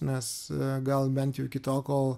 nes gal bent jau iki tol kol